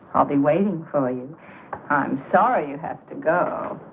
i'll be waiting for you i'm sorry you have to go.